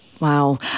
Wow